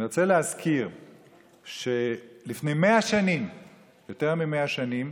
אני רוצה להזכיר שלפני יותר מ-100 שנים